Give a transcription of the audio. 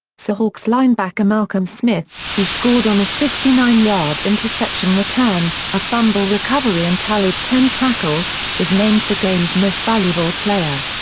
seahawks linebacker malcolm smith, who scored on a sixty nine yard interception return, a fumble recovery and tallied ten tackles, was named the game's most valuable player.